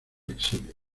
exilio